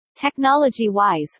Technology-wise